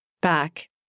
back